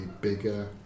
bigger